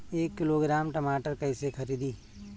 एक किलोग्राम टमाटर कैसे खरदी?